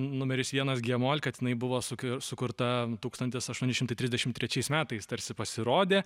numeris vienas gie mol kad jinai buvo sukiu sukurta tūkstantis aštuoni šimtai trisdešimt trečiais metais tarsi pasirodė